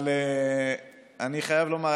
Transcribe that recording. אבל אני חייב לומר,